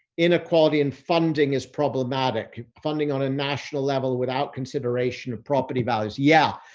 inequality in funding is problematic, funding on a national level without consideration of property values. yeah,